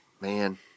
man